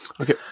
Okay